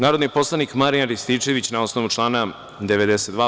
Narodni poslanik Marijan Rističević, na osnovu člana 92.